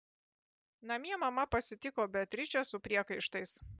namie mama pasitiko beatričę su priekaištais